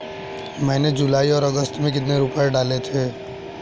मैंने जुलाई और अगस्त में कितने रुपये डाले थे?